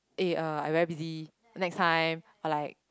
eh uh I very busy next time or like